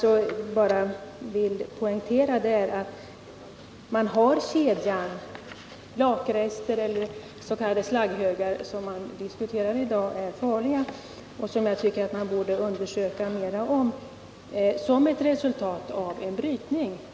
Vad jag vill poängtera är alltså att det i dag finns lakerester och slagghögar, vars farlighet vi diskuterar. Här borde det göras ytterligare undersökningar av farligheten av de lakerester och slagghögar som kommer att uppstå till följd av en brytning.